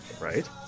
Right